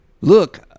Look